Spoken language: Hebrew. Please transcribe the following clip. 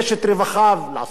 לעשות עוד יותר הון,